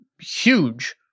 huge